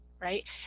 right